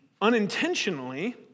unintentionally